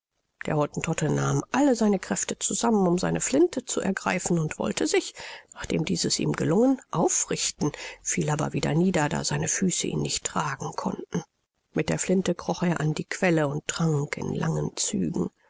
der hottentotte nahm alle seine kräfte zusammen um seine flinte zu ergreifen und wollte sich nachdem dieses ihm gelungen aufrichten fiel aber wieder nieder da seine füße ihn nicht tragen konnten mit der flinte kroch er an die quelle und trank in langen zügen